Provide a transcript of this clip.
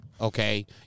okay